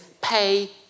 pay